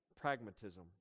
pragmatism